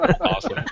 Awesome